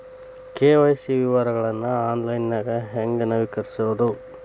KYC ವಿವರಗಳನ್ನ ಆನ್ಲೈನ್ಯಾಗ ಹೆಂಗ ನವೇಕರಿಸೋದ